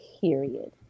Period